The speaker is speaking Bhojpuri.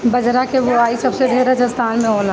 बजरा के बोआई सबसे ढेर राजस्थान में होला